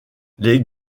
les